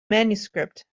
manuscript